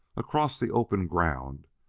across the open ground,